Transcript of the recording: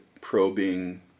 probing